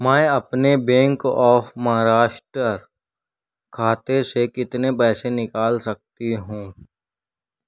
میں اپنے bank of Maharashtra کھاتے سے کتنے پیسے نکال سکتی ہوں